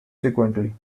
subsequently